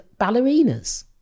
ballerinas